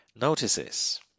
Notices